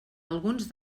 alguns